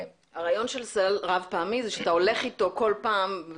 הרעיון של סל רב פעמי הוא שאתה הולך אתו בכל פעם.